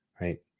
right